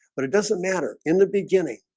but it doesn't matter in the beginning